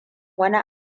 wani